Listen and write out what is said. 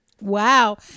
Wow